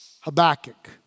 Habakkuk